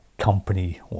company